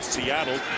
Seattle